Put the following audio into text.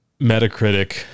Metacritic